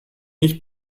nicht